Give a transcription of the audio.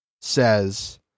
says